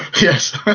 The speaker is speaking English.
Yes